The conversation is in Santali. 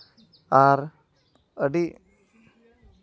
ᱟᱨ ᱟᱹᱰᱤ